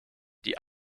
die